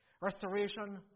restoration